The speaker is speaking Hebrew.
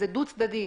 זה דו צדדי.